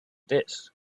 this